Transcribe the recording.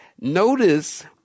Notice